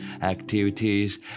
activities